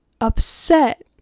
upset